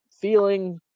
feeling